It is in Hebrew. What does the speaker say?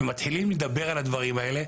מתחילים לדבר על הדברים האלה.